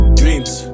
dreams